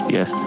Yes